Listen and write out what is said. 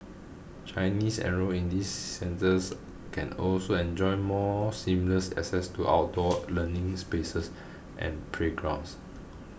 Chinese enrolled in these centres can also enjoy more seamless access to outdoor learning spaces and playgrounds